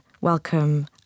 Welcome